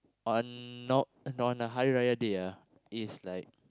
on no~ on Hari Raya day ah it's like